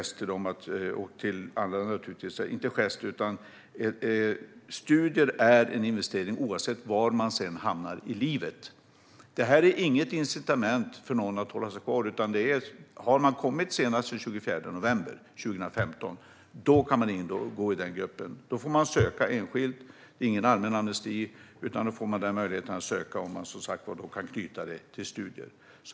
Studier är en investering oavsett var man sedan hamnar i livet. Det här är inget incitament för någon att hålla sig kvar, utan har man kommit senast den 24 november 2015 kan man ingå i den här gruppen och kan söka enskilt. Det är ingen allmän amnesti, utan man får möjligheten att söka om man kan knyta det till studier.